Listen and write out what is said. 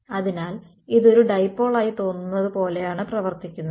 അതിനാൽ ഇത് ഒരു ഡൈപോളായി തോന്നുന്നത് പോലെയാണ് പ്രവർത്തിക്കുന്നത്